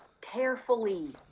Carefully